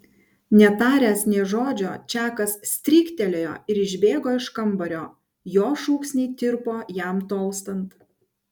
netaręs nė žodžio čakas stryktelėjo ir išbėgo iš kambario jo šūksniai tirpo jam tolstant